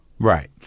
Right